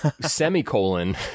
semicolon